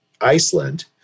Iceland